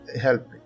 help